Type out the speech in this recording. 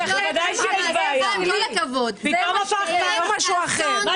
אתה מתכוון שבגלל שזה בית ספר קיבל ממשרד החינוך?